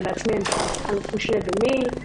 אני בעצמי אלוף משנה במיל',